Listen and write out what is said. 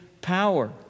power